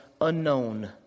unknown